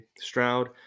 stroud